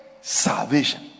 salvation